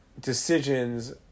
decisions